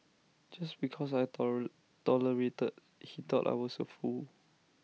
just because I tolerated he thought I was A fool